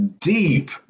deep